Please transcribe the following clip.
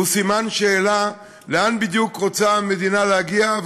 הוא סימן שאלה לאן בדיוק רוצה המדינה להגיע,